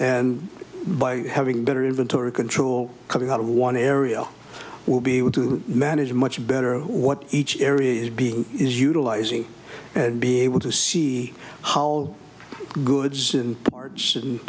and by having better inventory control coming out of one area we'll be able to manage much better what each area is being is utilizing and being able to see how goods and par